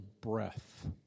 breath